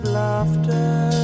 laughter